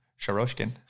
Sharoshkin